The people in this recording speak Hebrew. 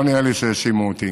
לא נראה לי שהאשימו אותי,